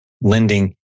lending